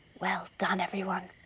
well done everyone!